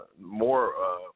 more